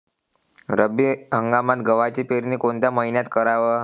रब्बी हंगामात गव्हाची पेरनी कोनत्या मईन्यात कराव?